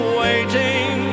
waiting